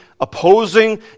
opposing